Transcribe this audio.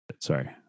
sorry